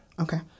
Okay